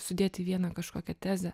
sudėti į vieną kažkokią tezę